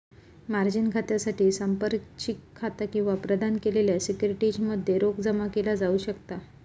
margin खात्यासाठी संपार्श्विक खाता किंवा प्रदान केलेल्या सिक्युरिटीज मध्ये रोख जमा केला जाऊ शकता